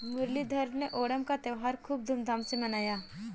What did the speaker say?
मुरलीधर ने ओणम का त्योहार खूब धूमधाम से मनाया